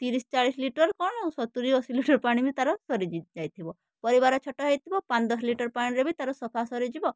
ତିରିଶ ଚାଳିଶ ଲିଟର କଣ ସତୁରି ଅଶୀ ଲିଟର ପାଣି ବି ତାର ସରି ଯାଇଥିବା ପରିବାର ଛୋଟ ହେଇଥିବ ପାଞ୍ଚ ଦଶ ଲିଟର ପାଣିରେ ବି ତାର ସଫା ସରିଯିବ